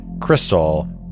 crystal